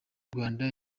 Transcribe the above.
rwanda